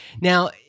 Now